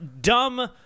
dumb